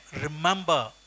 remember